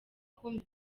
kumva